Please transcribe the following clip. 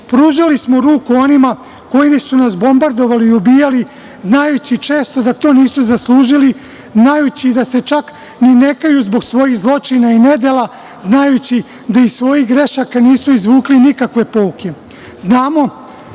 Pružali smo ruku onima koji su nas bombardovali i ubijali, znajući često da to nisu zaslužili, znajući da se čak i ne kaju zbog svojih zločina i nedela, znajući da iz svojih grešaka nisu izvukli nikakve pouke.